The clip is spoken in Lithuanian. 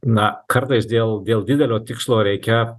na kartais dėl dėl didelio tikslo reikia